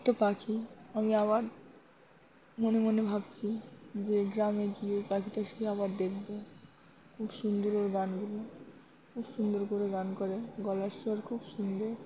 একটা পাখি আমি আবার মনে মনে ভাবছি যে গ্রামে গিয়ে ওই পাখিটা আবার দেখব খুব সুন্দর করে গান দেবে খুব সুন্দর করে গান করে গলার স্বর খুব সুন্দর